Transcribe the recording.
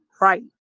right